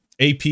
AP